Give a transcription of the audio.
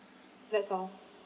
that's all